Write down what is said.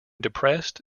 depressed